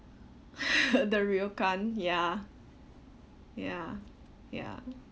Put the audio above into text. the ryokan ya ya ya